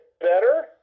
better